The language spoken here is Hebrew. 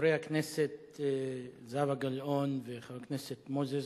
חברת הכנסת זהבה גלאון וחבר הכנסת מוזס,